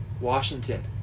Washington